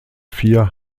vier